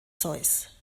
zeus